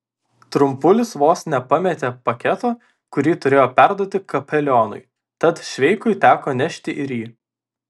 trumpulis vos nepametė paketo kurį turėjo perduoti kapelionui tad šveikui teko nešti ir jį